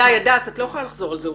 די, הדס, את לא יכולה לחזור על זה.